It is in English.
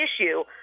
issue